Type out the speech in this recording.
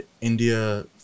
india